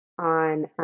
on